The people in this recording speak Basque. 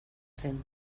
zen